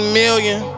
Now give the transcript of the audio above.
million